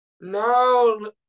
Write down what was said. no